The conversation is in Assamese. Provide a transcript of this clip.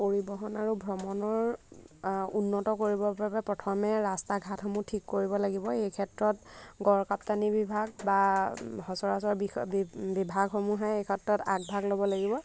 পৰিবহণ আৰু ভ্ৰমণৰ উন্নত কৰিবৰ বাবে প্ৰথমে ৰাস্তা ঘাটসমূহ ঠিক কৰিব লাগিব এই ক্ষেত্ৰত গড়কাপ্তানি বিভাগ বা সচৰাচৰ বিভাগসমূহে এই ক্ষেত্ৰত আগ ভাগ ল'ব লাগিব